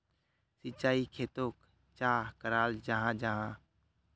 सिंचाई खेतोक चाँ कराल जाहा जाहा?